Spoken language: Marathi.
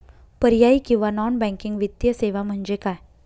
पर्यायी किंवा नॉन बँकिंग वित्तीय सेवा म्हणजे काय?